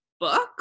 book